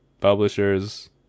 publishers